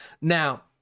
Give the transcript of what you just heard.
Now